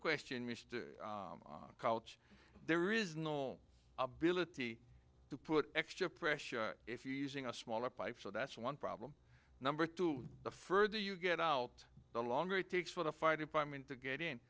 question mr college there is no ability to put extra pressure if you're using a smaller pipe so that's one problem number two the further you get out the longer it takes for the fire department to get in